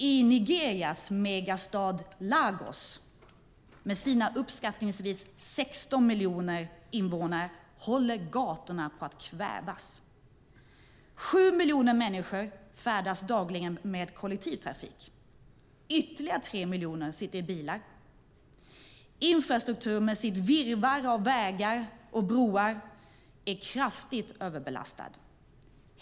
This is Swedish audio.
I Nigerias megastad Lagos, med sina uppskattningsvis 16 miljoner invånare, håller gatorna på att kvävas. Sju miljoner människor färdas dagligen med kollektivtrafik. Ytterligare tre miljoner sitter i bilar. Infrastrukturen med sitt virrvarr av vägar och broar är kraftigt överbelastad.